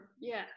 yes